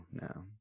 no